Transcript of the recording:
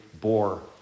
bore